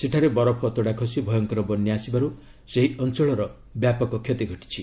ସେଠାରେ ବରଫ ଅତଡ଼ା ଖସି ଭୟଙ୍କର ବନ୍ୟା ଆସିବାରୁ ସେହି ଅଞ୍ଚଳର ବ୍ୟାପକ କ୍ଷତି ଘଟିଛି